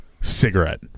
cigarette